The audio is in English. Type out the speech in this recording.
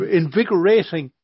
invigorating